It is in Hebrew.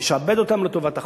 ישעבד אותם לטובת החוב.